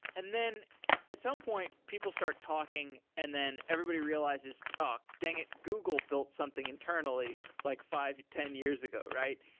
and then at some point, people start talking and then everybody realizes, oh, dang it. google built something internally like five, ten years ago, right?